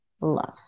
love